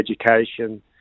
education